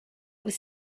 was